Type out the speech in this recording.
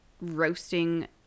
roasting